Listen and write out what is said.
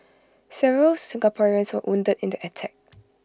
several Singaporeans were wounded in the attack